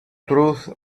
truth